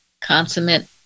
consummate